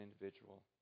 individual